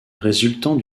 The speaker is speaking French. résultant